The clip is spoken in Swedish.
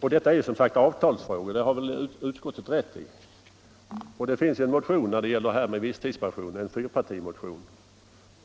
Detta är som sagt avtalsfrågor. Det har utskottet rätt i. Det finns en motion när det gäller visstidspension